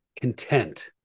content